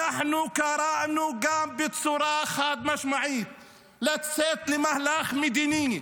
אנחנו קראנו גם בצורה חד-משמעית לצאת למהלך מדיני.